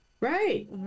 Right